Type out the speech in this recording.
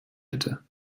hätte